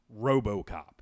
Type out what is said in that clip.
RoboCop